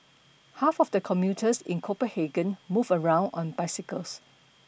half of the commuters in Copenhagen move around on bicycles